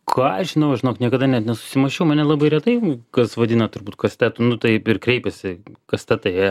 ką aš žinau žinok niekada net nesusimąsčiau mane labai retai kas vadina turbūt kastetu nu taip ir kreipiasi kastetai